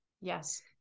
Yes